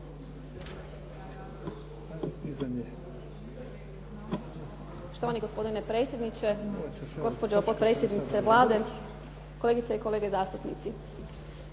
(SDP)** Štovani gospodine predsjedniče, gospođo potpredsjednice Vlade, kolegice i kolege zastupnici.